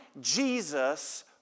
Jesus